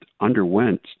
underwent